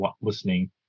listening